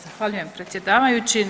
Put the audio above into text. Zahvaljujem predsjedavajući.